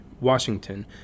Washington